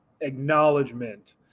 acknowledgement